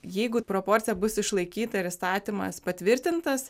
jeigu proporcija bus išlaikyta ir įstatymas patvirtintas